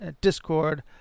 Discord